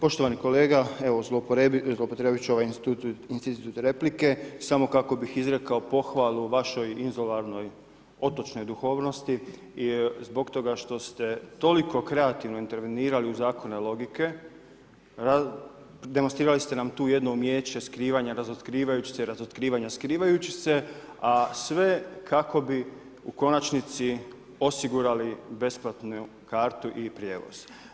Poštovani kolega, evo zloupotrijebit ću ovaj institut replike samo kako bih izrekao pohvalu vašoj inzularnoj, otočnoj duhovnosti zbog toga što ste toliko kreativno intervenirali u zakone logike, demonstrirali ste nam tu jedno umijeće skrivanja razotkrivajući se i razotkrivanja skrivajući se, a sve kako bi u konačnici osigurali besplatnu kartu i prijevoz.